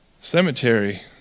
cemetery